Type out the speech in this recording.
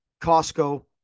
Costco